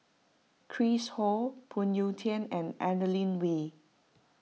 Chris Ho Phoon Yew Tien and Adeline